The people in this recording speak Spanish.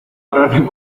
agarrarme